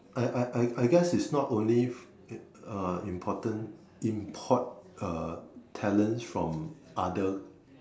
I I I I guess it's not only uh important import talents from other